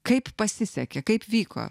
kaip pasisekė kaip vyko